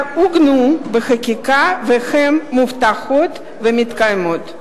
עוגנו בחקיקה והן מובטחות ומתקיימות.